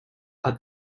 but